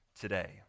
today